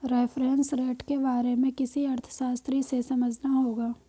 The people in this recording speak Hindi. रेफरेंस रेट के बारे में किसी अर्थशास्त्री से समझना होगा